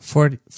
Forty